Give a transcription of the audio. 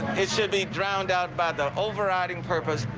should be drowned out by the overriding purpose.